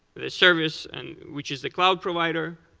the service and which is the cloud provider,